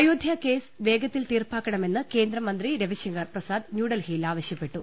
അയോധ്യക്കേസ് വേഗത്തിൽ തീർപ്പാക്കണമെന്ന് കേന്ദ്രമന്ത്രി രവിശങ്കർ പ്രസാദ് ന്യൂഡൽഹിയിൽ ആവശ്യപ്പെട്ടു